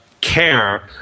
care